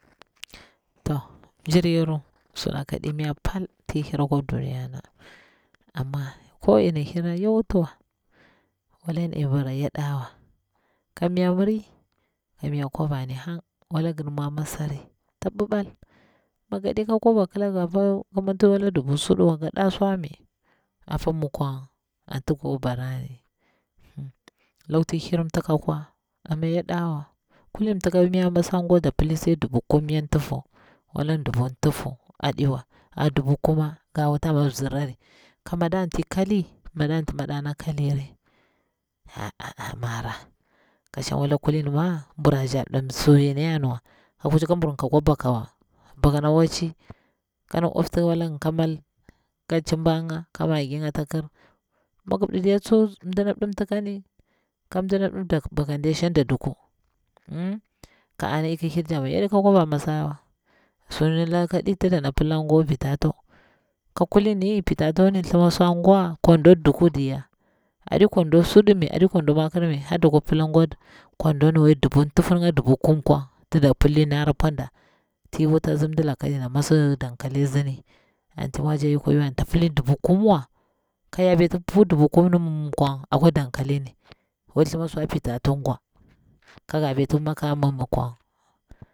Toh mjiryaru su laka ɗi mnya pal ti hira kwa duniya na, amma ko in ira yawu tuwa, wala nyin bara ya ɗawa, ka mnya miri kamnya kwabani hang, wala ngin mwa masari ta ɓibal, mi gaɗika kwaba akila ga apa wala dubu suɗu wa nga ɗa swa mai, apa mi kwang anti go barani lokti ihir mtika kwan amma ya ɗawa, kulin ptika ma miya masangwa da pila li sai dubu kumnya tufu, walani dubu tufu aɗiwa, adubu kuma ga wuta ama bzirari. ka madanti kali madati maɗana kalli ri a a a mara, ka shang wala kulin ma mbura zap ɗi suyar yininya niwa ka kuji ka mburƙa kwa baka wa, baka na wacci kan ufta ti wala anka mal ka cimba nga ka maggi nga ata kir, migiɗi diya tsu mdina mdi mtika ni ka mdina mdi baka ni diya shang da duku ka ana ik hir damaya yaɗi ka kwaba masa wa. Su laka ɗi ti dana pila gwa pitato, ka kulini pitato thlima swa ngwa kwado duku diya, aɗi kwando suɗi mai aɗi kwando makir mai har dakwa pila ngwa kwandoni ngwa kwandoni wai dukun tufu ninga dubu kum kwang. ti da pilli nahar pwa da tii wuti atsi mdilaka ti yana mas dankali a zini, anti mwaja yakwa yuni, anta pilli dubu kum wa, ka ya beti pu dubu kumni mim mi kwanga kwa dankali ni, wai thlima swa pitato gwang ka ga beti mukani mim mi kwang